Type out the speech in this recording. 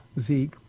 Zeke